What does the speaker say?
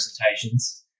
presentations